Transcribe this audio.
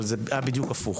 אבל זה היה בדיוק הפוך.